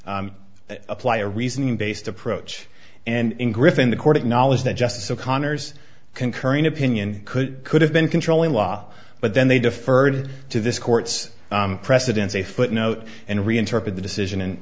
be apply a reasoning based approach and griffin the court acknowledged that justice o'connor's concurring opinion could could have been controlling law but then they deferred to this court's precedents a footnote and reinterpret the decision and